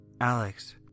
Alex